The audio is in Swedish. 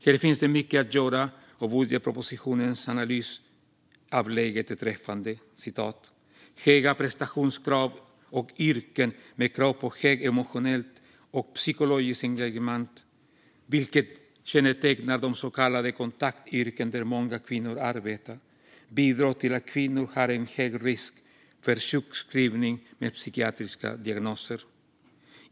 Här finns mycket att göra, och budgetpropositionens analys av läget är träffande. "Höga prestationskrav och yrken med krav på högt emotionellt och psykologiskt engagemang, vilket kännetecknar de s.k. kontaktyrken där många kvinnor arbetar, bidrar till att kvinnor har en hög risk för sjukskrivning med psykiatriska diagnoser.